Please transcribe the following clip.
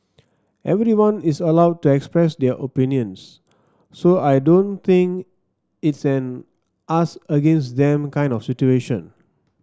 everyone is allowed to express their opinions so I don't think it's an us against them kind of situation